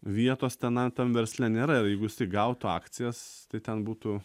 vietos tenai tam versle nėra ir jeigu jisai gautų akcijas tai ten būtų